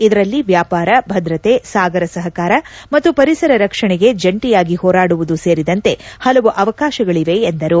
ಇದರಲ್ಲಿ ವ್ಯಾಪಾರ ಭದ್ರತೆ ಸಾಗರ ಸಹಕಾರ ಮತ್ತು ಪರಿಸರ ರಕ್ಷಣೆಗೆ ಜಂಟಿಯಾಗಿ ಹೋರಾಡುವುದು ಸೇರಿದಂತೆ ಹಲವು ಅವಕಾಶಗಳಿವೆ ಎಂದರು